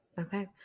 Okay